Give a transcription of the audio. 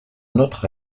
notera